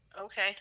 Okay